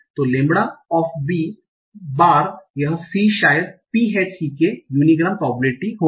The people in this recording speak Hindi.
तो lambda of b बार यह c शायद P हैट c के unigram प्रॉबबिलिटि होगा